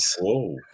Whoa